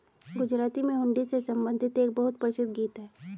गुजराती में हुंडी से संबंधित एक बहुत प्रसिद्ध गीत हैं